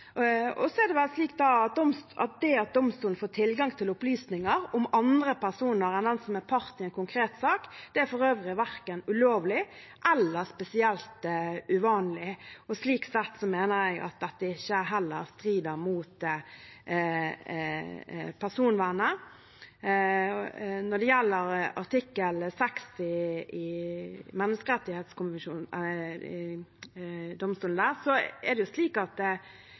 Og det at domstolen får tilgang til opplysninger om andre personer enn den som er part i en konkret sak, er for øvrig verken ulovlig eller spesielt uvanlig. Og slik sett mener jeg at dette heller ikke strider mot personvernet. Når det gjelder artikkel 6 i Menneskerettighetsdomstolen, vil domstolens avgjørelse i et søksmål som er fremmet av fagforeningen, formelt sett bare være bindende for partene. Det